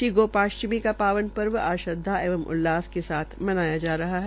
श्री गोपाष्टमी का पावन पर्व आज श्रद्वा एवं उल्लास के साथ मनाया जा रहा है